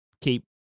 keep